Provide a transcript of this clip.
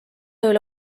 üle